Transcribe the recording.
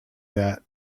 that